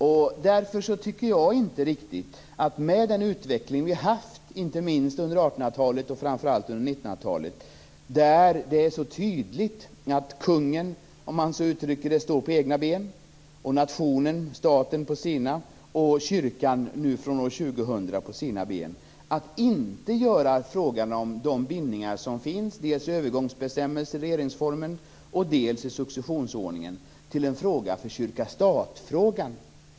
Det är inte så underligt, med den utveckling som vi har haft, inte minst under 1800-talet men framför allt under 1900-talet, att det är så tydligt att kungen - låt mig uttrycka det så - står på sina egna ben, nationen/staten på sina och kyrkan från år 2000 på sina. Jag tycker inte riktigt att man skall göra de bindningar som finns dels i övergångsbestämmelser i regeringsformen, dels i successionsordningen till en fråga för kyrka-stat-problematiken.